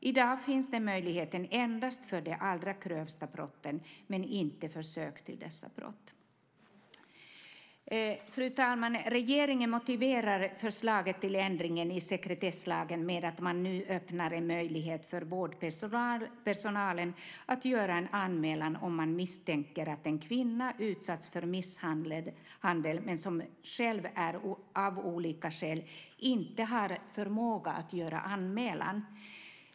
I dag finns den möjligheten endast för de allra grövsta brotten men inte för försök till dessa brott. Fru talman! Regeringen motiverar förslaget till ändring i sekretesslagen med att den nu öppnar en möjlighet för vårdpersonalen att göra en anmälan om man misstänker att en kvinna utsatts för misshandel men själv av olika skäl inte har förmåga att göra en anmälan.